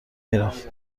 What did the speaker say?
میرفت